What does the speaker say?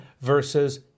versus